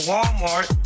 Walmart